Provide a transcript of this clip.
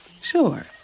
Sure